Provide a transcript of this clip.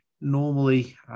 normally